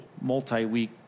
multi-week